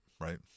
right